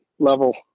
level